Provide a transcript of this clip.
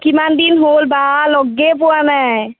কিমান দিন হ'ল বা লগেই পোৱা নাই